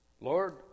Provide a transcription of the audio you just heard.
Lord